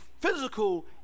physical